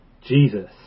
Jesus